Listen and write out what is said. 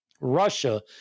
Russia